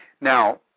Now